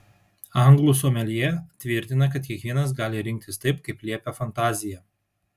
anglų someljė tvirtina kad kiekvienas gali rinktis taip kaip liepia fantazija